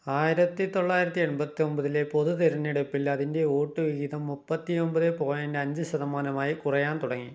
ആയിരത്തി തൊള്ളായിരത്തി എൺപത്തൊമ്പതിലെ പൊതുതെരഞ്ഞെടുപ്പിൽ അതിൻ്റെ വോട്ട് വിഹിതം മുപ്പത്തി ഒൻപതെ പോയിൻറ്റ് അഞ്ച് ശതമാനമായി കുറയാൻ തുടങ്ങി